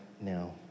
now